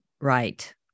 right